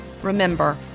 Remember